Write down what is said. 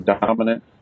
dominant